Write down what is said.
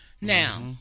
Now